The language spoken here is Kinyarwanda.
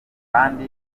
kandi